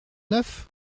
neuf